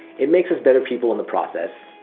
it makes us better people in the process.